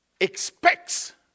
expects